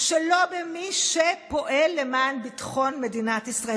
שלא במי שפועל למען ביטחון מדינת ישראל,